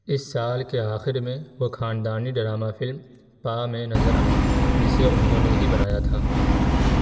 اس سال کے آخر میں وہ خاندانی ڈرامہ فلم پا میں نظر آئے جسے انہوں نے ہی بنایا تھا